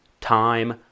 time